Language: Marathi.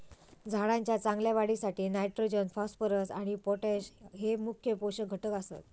झाडाच्या चांगल्या वाढीसाठी नायट्रोजन, फॉस्फरस आणि पोटॅश हये मुख्य पोषक घटक आसत